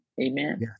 Amen